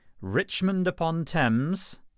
Richmond-upon-Thames